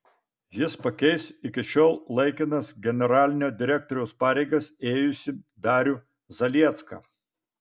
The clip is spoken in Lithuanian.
jis pakeis iki šiol laikinas generalinio direktoriaus pareigas ėjusį darių zaliecką